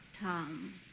Tom